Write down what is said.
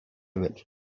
evil